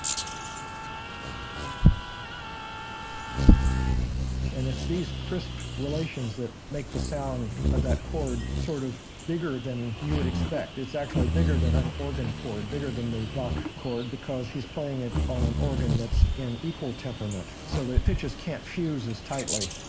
and it's these crisp relations that make the sound of that chord sort of bigger than you would expect. it's actually bigger than an organ chord. bigger than the bach chord, because he's playing it on an organ that's in equal temperament. so the pitches can't fuse as tightly